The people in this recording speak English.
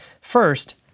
First